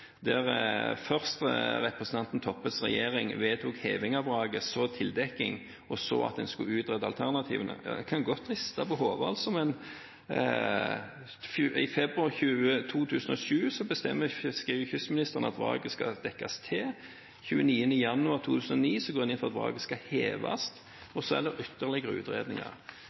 representanten Toppes regjering først vedtok heving av vraket, så tildekking, og så at en skulle utrede alternativene. En kan godt riste på hodet, men i februar 2007 bestemmer fiskeri- og kystministeren at vraket skal dekkes til, den 29. januar 2009 går en inn for at vraket skal heves, og så er det ytterligere utredninger.